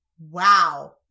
wow